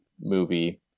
movie